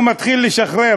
הוא מתחיל לשחרר,